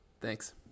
thanks